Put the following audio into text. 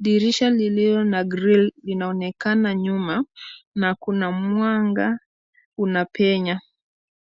Dirisha lililo na grill linaonekana nyuma na kuna mwanga unapenya.